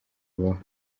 babaho